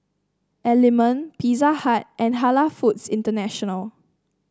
Element Pizza Hut and Halal Foods International